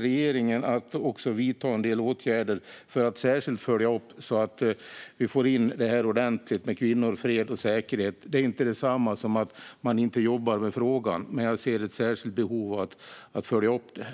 Regeringen kommer att vidta en del åtgärder för att särskilt följa upp så att vi får in kvinnor, fred och säkerhet ordentligt. Det är inte detsamma som att man inte jobbar med frågan, men jag ser ett särskilt behov av att följa upp detta.